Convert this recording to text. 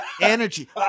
Energy